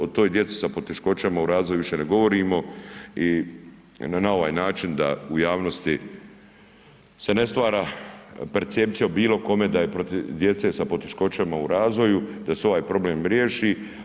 O toj djeci sa poteškoćama u razvoju više ne govorimo i na ovaj način da u javnosti se ne stvara percepcija o bilo kome da je protiv djece sa poteškoćama u razvoju, da se ovaj problem riješi.